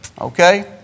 okay